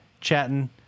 Chatting